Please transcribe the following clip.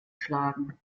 schlagen